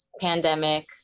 Pandemic